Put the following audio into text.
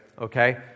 okay